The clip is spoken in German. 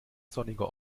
sonniger